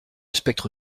spectre